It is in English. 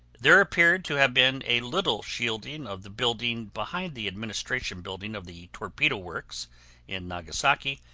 there appeared to have been a little shielding of the building behind the administration building of the torpedo works in nagasaki,